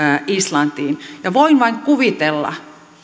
islantiin ja voin vain kuvitella